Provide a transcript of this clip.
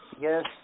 yes